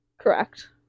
Correct